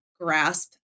grasp